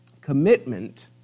Commitment